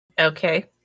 Okay